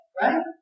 right